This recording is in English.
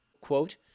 quote